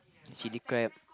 chili crab